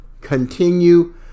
continue